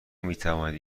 میتوانید